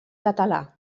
català